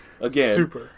again